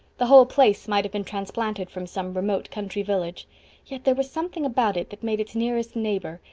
the whole place might have been transplanted from some remote country village yet there was something about it that made its nearest neighbor,